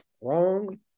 wrong